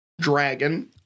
Dragon